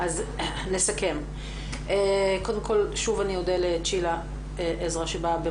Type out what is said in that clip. נסכם שוב אני אודה לצ'ילה עזרא שבאה.